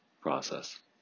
process